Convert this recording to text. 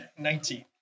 19